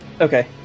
Okay